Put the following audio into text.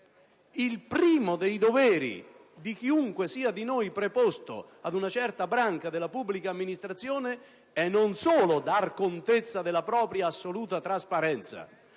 il primo dei doveri di chiunque sia preposto ad una certa branca della pubblica amministrazione è non solo di dare contezza della propria assoluta trasparenza,